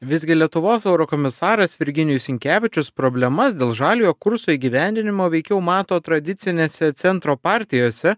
visgi lietuvos eurokomisaras virginijus sinkevičius problemas dėl žaliojo kurso įgyvendinimo veikiau mato tradicinėse centro partijose